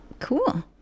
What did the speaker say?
Cool